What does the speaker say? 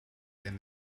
than